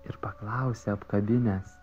ir paklausi apkabinęs